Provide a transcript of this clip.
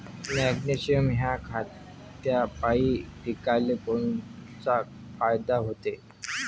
Magnesium ह्या खतापायी पिकाले कोनचा फायदा होते?